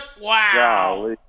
Wow